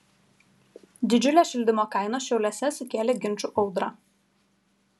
didžiulės šildymo kainos šiauliuose sukėlė ginčų audrą